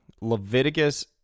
Leviticus